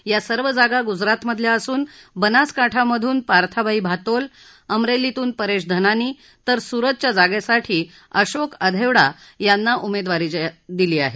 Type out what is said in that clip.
या सर्व जागा गुजरातमधल्या असून बनासकाठामधून पार्थाबाई भातोल अमरेलीतून परेश धनानी तर सुरतच्या जागेसाठी अशोक अधेवडा यांना उमेदवारी दिली आहे